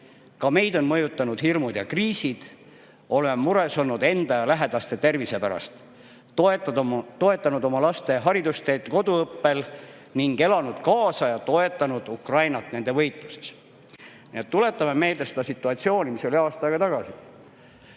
Ka meid on mõjutanud hirmud ja kriisid. Oleme mures olnud enda ja lähedaste tervise pärast, toetanud oma laste haridusteed koduõppel ning elanud kaasa ja toetanud Ukrainat nende võitluses."Tuletame meelde seda situatsiooni, mis oli aasta aega tagasi.